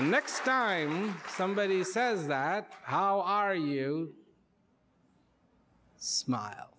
next time somebody says that how are you smile